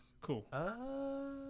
cool